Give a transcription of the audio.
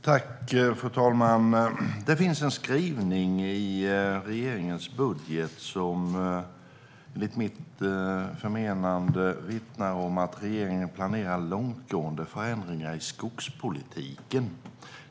Fru talman! Det finns en skrivning i regeringens budgetproposition som enligt mitt förmenande vittnar om att regeringen planerar långtgående förändringar i skogspolitiken.